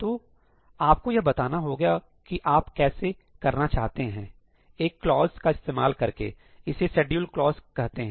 तो आपको यह बताना होगा की आप कैसे करना चाहते हैं एक क्लोज का इस्तेमाल करके इसे शेड्यूल्स क्लोज कहते हैं